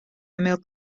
ymyl